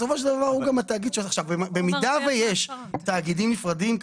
במידה ויש תאגידים נפרדים,